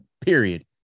period